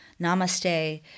namaste